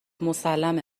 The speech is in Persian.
مسلمه